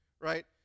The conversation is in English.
right